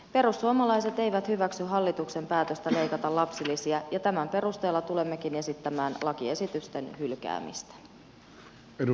perussuomalaiset eivät hyväksy hallituksen päätöstä leikata lapsilisiä ja tämän perusteella tulemmekin esittämään lakiesitysten hylkäämistä